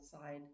side